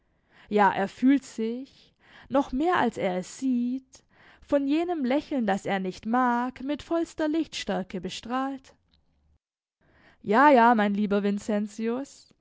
ja er fühlt sich noch mehr als er es sieht von jenem lächeln das er nicht mag mit vollster lichtstärke bestrahlt ja ja mein lieber